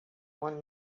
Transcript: one